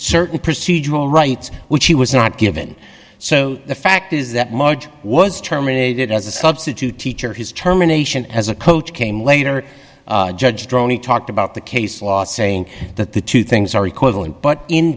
certain procedural rights which he was not given so the fact is that marge was terminated as a substitute teacher his terminations as a coach came later judge droney talked about the case law saying that the two things are equivalent but in